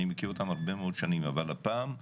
אני מכיר אותם הרבה מאוד שנים אבל הפעם,